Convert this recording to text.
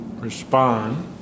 respond